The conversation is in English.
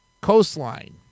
coastline